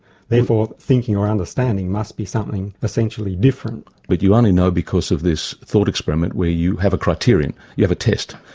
therefore thinking or understanding must be something essentially different. but you only know because of this thought experiment where you have a criterion, you have a test.